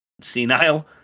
senile